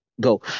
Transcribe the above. go